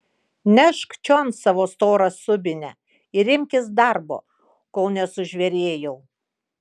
nešk čion savo storą subinę ir imkis darbo kol nesužvėrėjau